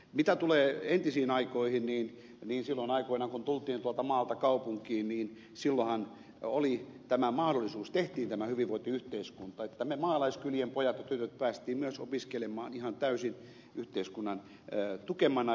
mitä tulee entisiin aikoihin niin silloin aikoinaan kun tultiin tuolta maalta kaupunkiin oli tämä mahdollisuus tehtiin tämä hyvinvointiyhteiskunta että me maalaiskylien pojat ja tytöt pääsimme myös opiskelemaan ihan täysin yhteiskunnan tukemina